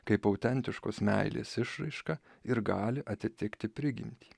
kaip autentiškos meilės išraiška ir gali atitikti prigimtį